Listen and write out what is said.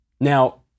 Now